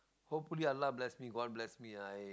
hopefully allah bless me god bless me I